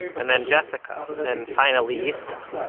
and then jessica, and finally yiscah.